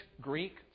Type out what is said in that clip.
Greek